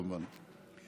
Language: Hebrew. כמובן.